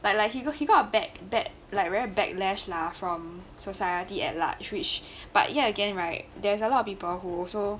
but like he got he got bad bad like very backlash lah from society at large which but yet again right theres a lot of people who also